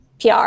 PR